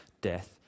death